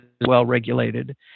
well-regulated